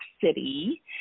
City